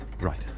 Right